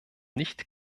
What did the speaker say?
nicht